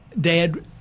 Dad